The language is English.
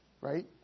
right